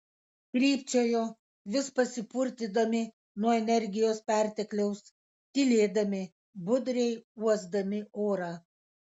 trypčiojo vis pasipurtydami nuo energijos pertekliaus tylėdami budriai uosdami orą